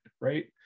right